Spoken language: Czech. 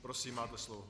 Prosím, máte slovo.